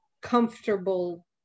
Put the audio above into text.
comfortable